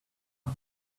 are